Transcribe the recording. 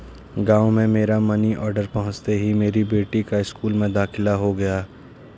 गांव में मेरा मनी ऑर्डर पहुंचते ही मेरी बेटी का स्कूल में दाखिला हो गया